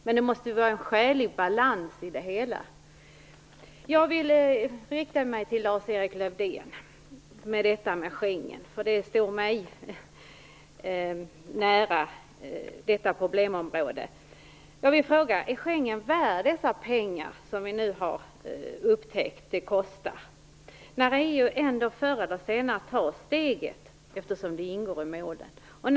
Men det måste finnas en skälig balans i det hela. Jag vänder mig nu till Lars-Erik Lövdén. Det gäller Schengen. Detta problemområde står mig nära. Är Schengensamarbetet värt de pengar som vi nu upptäckt att det kostar? Förr eller senare tar EU det steget. Det ingår ju där.